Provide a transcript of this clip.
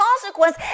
consequence